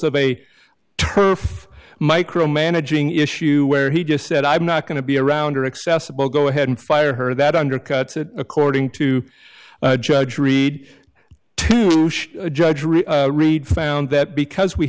a turf micro managing issue where he just said i'm not going to be around or accessible go ahead and fire her that undercuts it according to a judge read judge read read found that because we